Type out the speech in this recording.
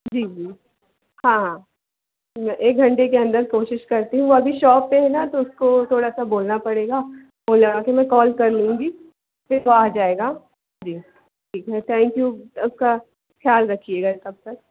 जी जी हाँ मैं एक घंटे के अंदर कोशिश करती हूँ अभी शॉप पे है ना तो उसको थोड़ा सा बोलना पड़ेगा फ़ोन लगा के मैं कॉल कर लूंगी फिर वो आ जाएगा जी ठीक है थेंक यू उसका ख्याल रखिएगा तब तक